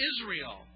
Israel